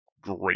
Great